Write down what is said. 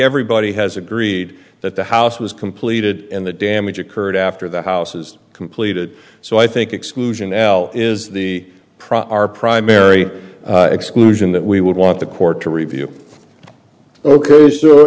everybody has agreed that the house was completed and the damage occurred after the house is completed so i think exclusion l is the proper our primary exclusion that we would want the court to review ok